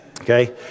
Okay